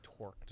torqued